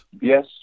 Yes